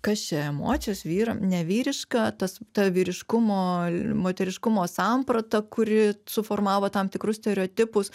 kas čia emocijos vyram nevyriška tas ta vyriškumo moteriškumo samprata kuri suformavo tam tikrus stereotipus